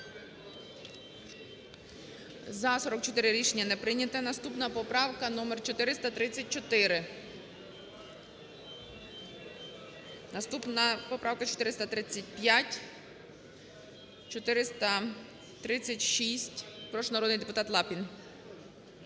За-44 Рішення не прийнято. Наступна поправка - номер 434. Наступна поправка - 435. 436. Прошу, народний депутат Лапін.